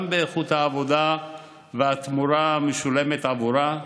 גם באיכות העבודה והתמורה המשולמת בעבורה,